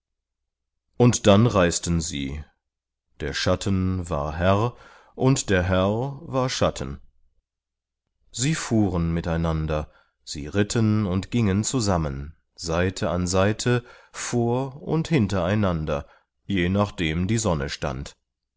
und dann reisten sie der schatten war herr und der herr war schatten sie fuhren mit einander sie ritten und gingen zusammen seite an seite vor und hintereinander je nachdem die sonne stand